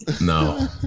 No